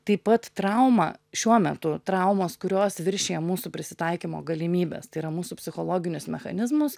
taip pat trauma šiuo metu traumos kurios viršija mūsų prisitaikymo galimybes tai yra mūsų psichologinius mechanizmus